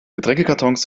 getränkekartons